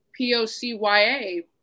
POCYA